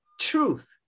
truth